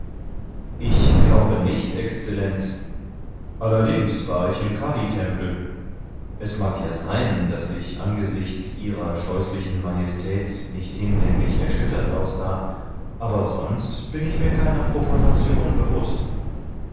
ich glaube nicht exzellenz allerdings war ich im kalitempel es mag ja sein daß ich angesichts ihrer scheußlichen majestät nicht hinlänglich erschüttert aussah aber sonst bin ich mir keiner profanation bewußt